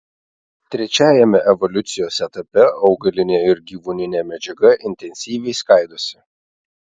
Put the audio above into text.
trečiajame evoliucijos etape augalinė ir gyvūninė medžiaga intensyviai skaidosi